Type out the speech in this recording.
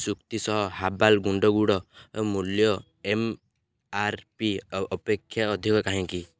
ଶ୍ରୁତିସ herbal ଗୁଣ୍ଡ ଗୁଡ଼ର ମୂଲ୍ୟ ଏମ୍ ଆର୍ ପି ଅପେକ୍ଷା ଅଧିକ କାହିଁକି